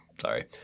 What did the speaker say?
Sorry